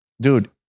Dude